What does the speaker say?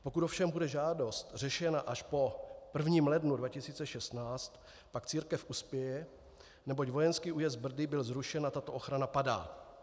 Pokud ovšem bude žádost řešena až po 1. lednu 2016, pak církev uspěje, neboť vojenský újezd Brdy byl zrušen a tato ochrana padá.